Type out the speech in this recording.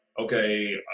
okay